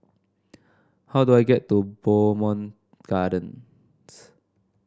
how do I get to Bowmont Gardens